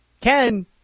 Ken